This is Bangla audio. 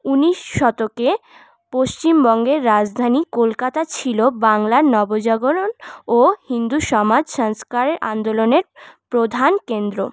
উনিশ শতকে পশ্চিমবঙ্গের রাজধানী কলকাতা ছিল বাংলার নবজাগরণ ও হিন্দু সমাজ সংস্কার আন্দোলনের প্রধান কেন্দ্র